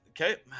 okay